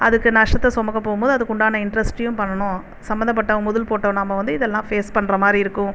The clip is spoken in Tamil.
அதுக்கு நஷ்டத்தை சுமக்க போகும்போது அதுக்குண்டான இன்ட்ரெஸ்ட்டையும் பண்ணணும் சம்மந்தப்பட்டவங்கள் முதல் போட்ட நாம் வந்து இதெல்லாம் ஃபேஸ் பண்ற மாதிரி இருக்கும்